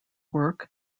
work